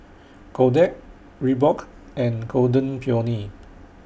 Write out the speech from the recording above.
Kodak Reebok and Golden Peony